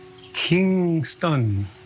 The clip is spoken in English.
Kingston